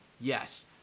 yes